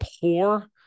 poor